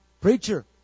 preacher